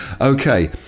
Okay